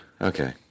Okay